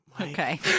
Okay